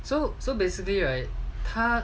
so so basically right 他